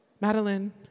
Madeline